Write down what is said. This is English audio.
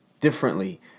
differently